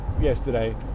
yesterday